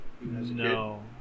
no